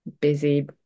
busy